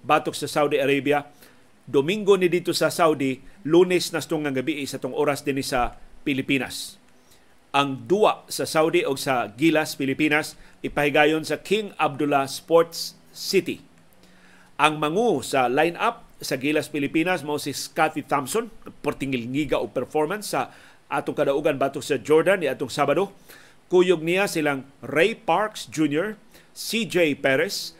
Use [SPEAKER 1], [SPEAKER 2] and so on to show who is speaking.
[SPEAKER 1] Batok sa Saudi Arabia, Domingo ni dito sa Saudi, Lunes na stungang gabi, isa tong oras din sa Pilipinas. Ang dua sa Saudi o sa Gilas, Pilipinas, ipahigayon sa King Abdullah Sports City. Ang mangu sa lineup sa Gilas, Pilipinas, mao si Scotty Thompson, portingil ngiga o performance sa atong kadaugan, batok sa Jordan, niya atong Sabado. Kuyog niya silang Ray Parks Jr., CJ Perez,